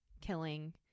killing